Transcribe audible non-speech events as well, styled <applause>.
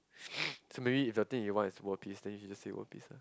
<noise> so maybe if the thing you want is world peace then you just say world peace lah